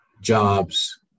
jobs